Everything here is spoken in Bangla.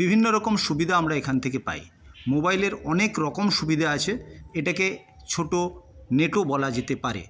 বিভিন্ন রকম সুবিধা আমরা এখান থেকে পাই মোবাইলের অনেক রকম সুবিধে আছে এটাকে ছোট নেটও বলা যেতে পারে